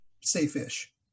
safe-ish